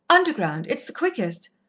underground. it's the quickest.